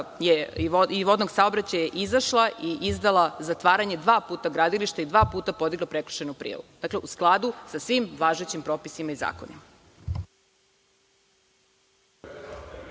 i vodnog saobraćaja je izašla i izdala zatvaranje dva puta gradilišta i dva puta podigla prekršajnu prijavu, u skladu sa svim važećim propisima i zakonima.